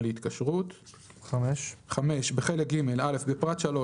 להתקשרות"; (5)בחלק ג' - בפרט (3),